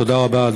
תודה רבה.